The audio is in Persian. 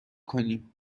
کنیم